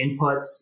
inputs